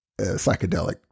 psychedelic